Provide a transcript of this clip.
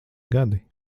gadi